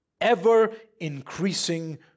Ever-increasing